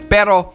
Pero